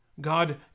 God